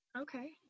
Okay